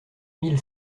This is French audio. mille